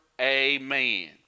Amen